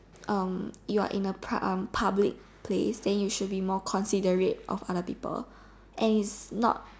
um you are in a pub~ uh public place then you should be more considerate of other people and is not